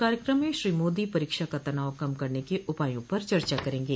कार्यक्रम में श्री मोदी परीक्षा का तनाव कम करने के उपायों पर चर्चा करेंगे